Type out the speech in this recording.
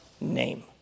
name